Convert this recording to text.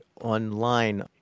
online